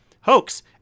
Hoax